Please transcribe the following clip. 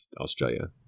Australia